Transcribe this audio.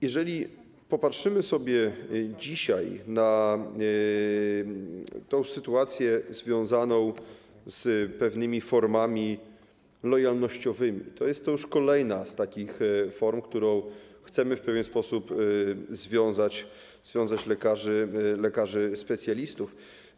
Jeżeli popatrzymy dzisiaj na tę sytuację związaną z pewnymi formami lojalnościowymi, to jest to już kolejna z takich form, którą chcemy w pewien sposób związać lekarzy, lekarzy specjalistów.